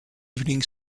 evening